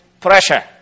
pressure